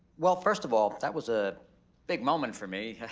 well first of all, that was a big moment for me,